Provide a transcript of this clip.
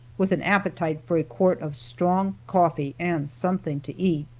with an appetite for a quart of strong coffee and something to eat.